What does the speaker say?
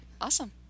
Awesome